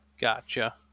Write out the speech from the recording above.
gotcha